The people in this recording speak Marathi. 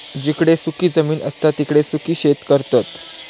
जिकडे सुखी जमीन असता तिकडे सुखी शेती करतत